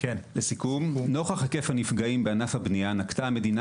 לסיכום: נוכח היקף הנפגעים בענף הבנייה נקטה המדינה